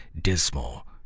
dismal